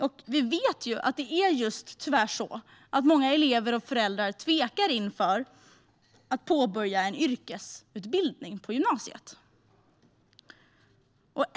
Och vi vet att många elever - och föräldrar - tvekar inför att påbörja en yrkesutbildning på gymnasiet.